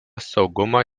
saugumo